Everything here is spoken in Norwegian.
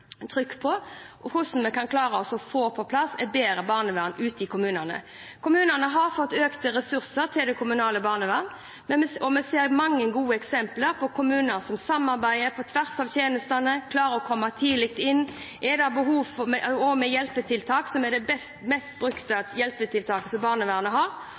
bedre barnevern i kommunene. Kommunene har fått økte ressurser til det kommunale barnevernet, og vi ser mange gode eksempler på kommuner som samarbeider på tvers av tjenestene, og som klarer å komme tidlig inn. Når det er behov for hjelpetiltak i hjemmet, som er det mest brukte tiltaket som barnevernet har,